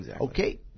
Okay